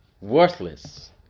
worthless